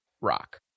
rock